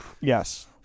Yes